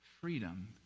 Freedom